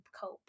cope